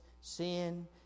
sin